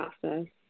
process